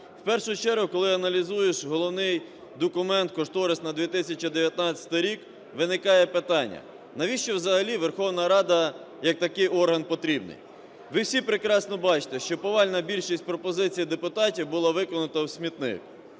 В першу чергу, коли аналізуєш головний документ – кошторис на 2019 рік – виникає питання: навіщо взагалі Верховна Рада як такий орган потрібний? Ви всі прекрасно бачите, що повальна більшість пропозицій депутатів була викинута в смітник.